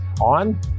on